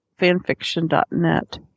fanfiction.net